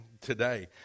today